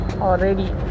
already